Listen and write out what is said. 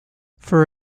for